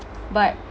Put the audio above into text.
but